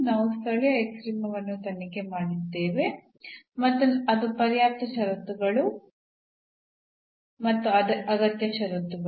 ನಾವು ಸ್ಥಳೀಯ ಎಕ್ಸ್ಟ್ರೀಮವನ್ನು ತನಿಖೆ ಮಾಡಿದ್ದೇವೆ ಮತ್ತು ಅದು ಪರ್ಯಾಪ್ತ ಷರತ್ತುಗಳು ಮತ್ತು ಅಗತ್ಯ ಷರತ್ತುಗಳು